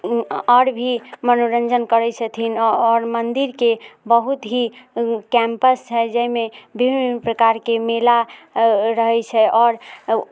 आओर भी मनोरञ्जन करै छथिन आओर मन्दिरके बहुत ही कैम्पस छै जाहिमे विभिन्न विभिन्न प्रकारके मेला रहै छै आओर